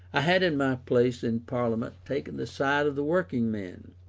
i had in my place in parliament taken the side of the working men,